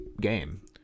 game